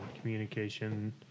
Communication